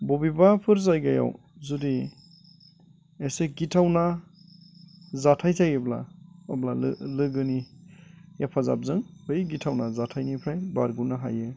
बबेबाफोर जायगायाव जुदि एसे गिथावना जाथाय जायोब्ला अब्ला लोगोनि हेफाजाबजों बै गिथावना जाथायनिफ्राय बारग'नो हायो